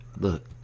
Look